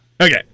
Okay